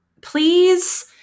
Please